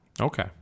Okay